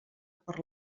per